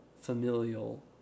familial